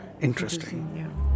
interesting